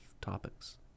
topics